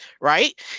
right